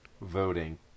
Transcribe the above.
Voting